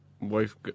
Wife